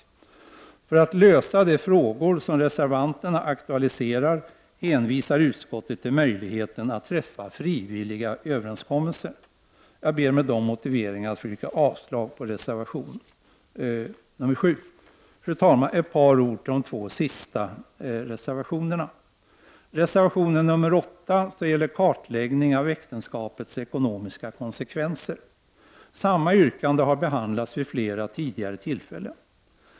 För att lösa de frågor som reservanterna aktualiserar hänvisar utskottet till möjligheten att träffa frivilliga överenskommelser. Jag ber med dessa motiveringar att få yrka avslag på reservation 7. Fru talman! Så några ord om de två sista reservationerna. Reservation 8 gäller kartläggning av äktenskapets ekonomiska konsekvenser. Samma yrkande har behandlats vid flera tidigare tillfällen.